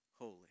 holy